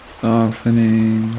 softening